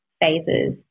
phases